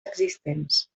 existents